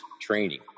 training